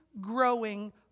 growing